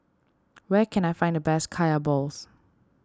where can I find the best Kaya Balls